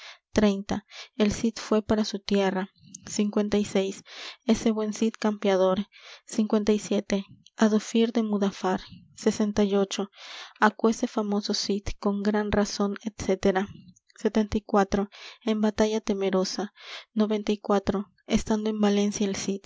treinta el cid fué para su tierra ese buen cid campeador siete ado de mudada afán y aque ese famoso cid con gran razón etc en batalla temerosa noventa y estando en valencia el